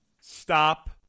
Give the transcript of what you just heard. Stop